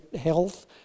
health